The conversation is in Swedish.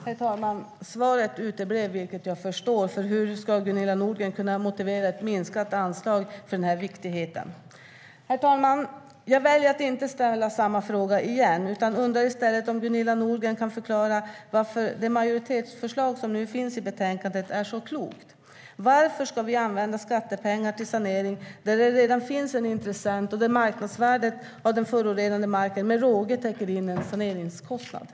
Herr talman! Svaret uteblev, vilket jag förstår, för hur ska Gunilla Nordgren kunna motivera ett minskat anslag till detta viktiga? Herr talman! Jag väljer att inte ställa samma fråga igen utan undrar i stället om Gunilla Nordgren kan förklara varför det majoritetsförslag som nu finns i betänkandet är så klokt. Varför ska vi använda skattepengar till sanering där det redan finns en intressent och där den förorenade markens marknadsvärde med råge täcker saneringskostnaden?